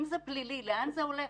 אם זה פלילי, לאן זה הולך?